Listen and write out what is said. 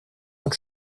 und